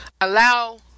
allow